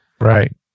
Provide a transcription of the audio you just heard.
Right